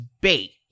bait